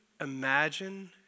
imagine